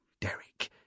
Derek